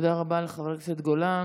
תודה רבה לחבר הכנסת גולן.